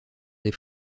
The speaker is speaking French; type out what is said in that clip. des